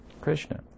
Krishna